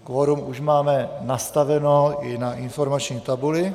Kvorum už máme nastaveno i na informační tabuli.